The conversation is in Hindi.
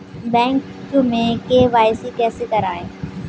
बैंक में के.वाई.सी कैसे करायें?